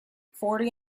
forty